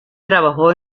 trabajó